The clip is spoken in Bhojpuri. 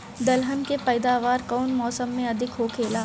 दलहन के पैदावार कउन मौसम में अधिक होखेला?